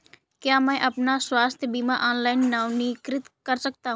क्या मैं अपना स्वास्थ्य बीमा ऑनलाइन नवीनीकृत कर सकता हूँ?